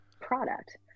product